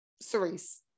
Cerise